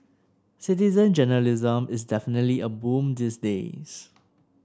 citizen journalism is definitely a boom these days